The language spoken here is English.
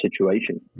situation